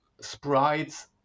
sprites